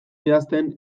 idazten